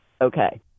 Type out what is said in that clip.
okay